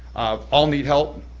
all need help.